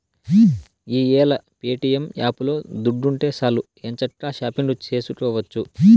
ఈ యేల ప్యేటియం యాపులో దుడ్డుంటే సాలు ఎంచక్కా షాపింగు సేసుకోవచ్చు